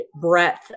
breadth